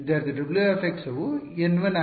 ವಿದ್ಯಾರ್ಥಿ W ವು N1